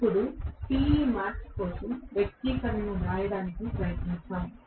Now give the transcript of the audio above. ఇప్పుడు Temax కోసం వ్యక్తీకరణను వ్రాయడానికి ప్రయత్నిద్దాం